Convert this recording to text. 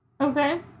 Okay